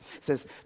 says